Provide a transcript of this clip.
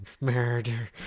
murder